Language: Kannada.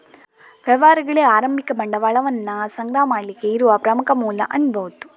ವ್ಯವಹಾರಗಳಿಗೆ ಆರಂಭಿಕ ಬಂಡವಾಳವನ್ನ ಸಂಗ್ರಹ ಮಾಡ್ಲಿಕ್ಕೆ ಇರುವ ಪ್ರಮುಖ ಮೂಲ ಅನ್ಬಹುದು